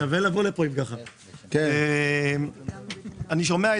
רוויה נפתחה, והיא עובדת